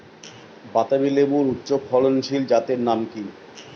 বাতাবি লেবুর উচ্চ ফলনশীল জাতের নাম কি?